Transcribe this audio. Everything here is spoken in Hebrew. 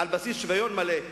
על בסיס שוויון מלא.